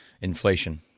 inflation